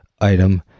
item